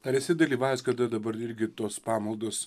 ar esi dalyvavęs kad ir dabar irgi tos pamaldos